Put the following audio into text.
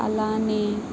అలానే